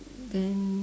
then